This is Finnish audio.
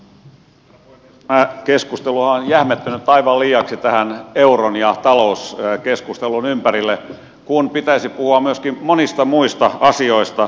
tämä keskustelu on jähmettynyt aivan liiaksi tähän euron ja talouskeskustelun ympärille kun pitäisi puhua myöskin monista muista asioista